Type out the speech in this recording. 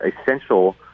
essential